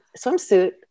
swimsuit